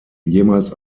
jemals